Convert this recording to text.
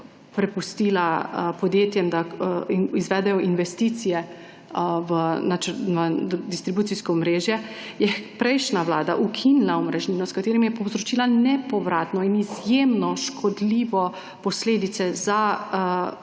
prepustila podjetjem, da izvedejo investicije v distribucijsko omrežje, je prejšnja vlada ukinila omrežnino, s katerim je povzročila nepovratne in izjemno škodljive posledice za